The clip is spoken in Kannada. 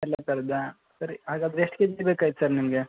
ಎಲ್ಲ ಥರದ್ದಾ ಸರಿ ಹಾಗಾದ್ರೆ ಎಷ್ಟು ಕೆ ಜಿ ಬೇಕಾಗಿತ್ತು ಸರ್ ನಿಮಗೆ